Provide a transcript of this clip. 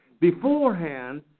Beforehand